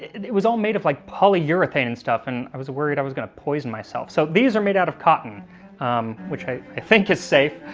it was all made of like polyurethane and stuff and i was worried i was gonna poison myself. so these are made out of cotton um which i i think is safe,